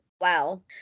wow